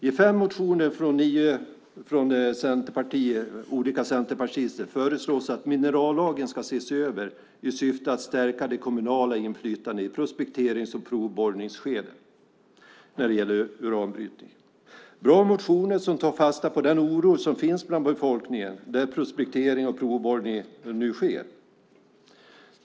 I fem motioner från nio centerpartister föreslås att minerallagen ska ses över i syfte att stärka det kommunala inflytandet i prospekterings och provborrningsskedet när det gäller uranbrytning. Det är bra motioner som tar fasta på den oro som finns hos befolkningen på de platser där prospektering och provborrning nu sker.